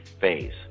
phase